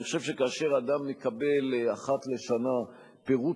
אני חושב שכאשר אדם מקבל אחת לשנה פירוט